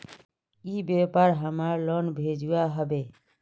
ई व्यापार हमार लोन भेजुआ हभे?